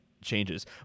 changes